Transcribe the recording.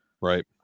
Right